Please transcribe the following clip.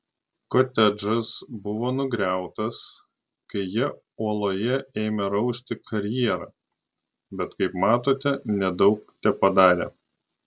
kotedžas buvo nugriautas kai jie uoloje ėmė rausti karjerą bet kaip matote nedaug tepadarė